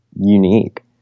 unique